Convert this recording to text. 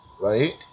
right